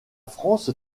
france